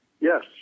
Yes